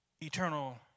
eternal